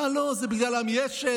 אה, לא, זה בגלל עמי אשד.